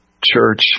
church